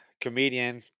comedian